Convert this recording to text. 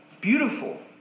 Beautiful